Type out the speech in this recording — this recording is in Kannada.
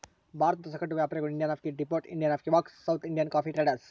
ಭಾರತದ ಸಗಟು ವ್ಯಾಪಾರಿಗಳು Indian coffee depot, Indian coffee works, South Indian coffee traders